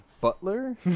Butler